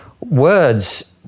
words